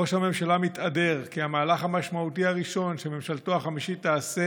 ראש הממשלה מתהדר כי המהלך המשמעותי הראשון שממשלתו החמישית תעשה